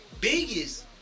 biggest